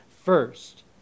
first